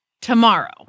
tomorrow